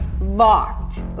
locked